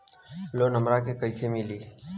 Loan हमरा के कईसे मिली?